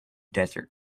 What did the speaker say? desert